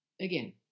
Again